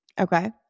Okay